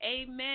Amen